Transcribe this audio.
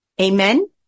Amen